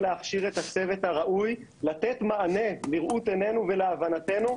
להכשיר את הצוות הראוי לתת מענה בראות עינינו ולהבנתנו,